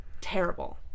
terrible